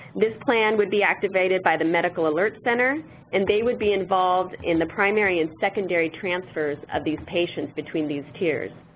this plan would be activated by the medical alert center and they would be involved in the primary and secondary transfers of these patients between these tiers.